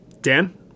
Dan